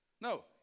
No